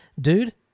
dude